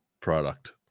product